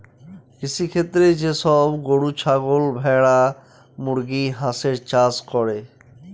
কৃষিক্ষেত্রে যে সব গরু, ছাগল, ভেড়া, মুরগি, হাঁসের চাষ করে